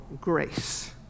grace